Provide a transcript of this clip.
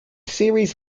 series